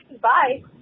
bye